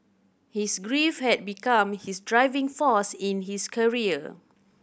his grief had become his driving force in his career